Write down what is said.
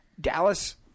Dallas